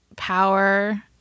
power